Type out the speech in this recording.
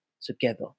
together